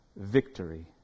victory